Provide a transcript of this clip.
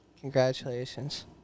Congratulations